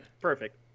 Perfect